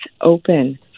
open